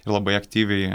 ir labai aktyviai